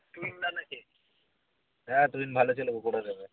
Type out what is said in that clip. হ্যাঁ তুহিন ভালো ছেলে ও করে দেবে